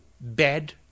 bad